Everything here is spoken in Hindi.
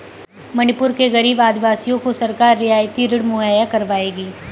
मणिपुर के गरीब आदिवासियों को सरकार रियायती ऋण मुहैया करवाएगी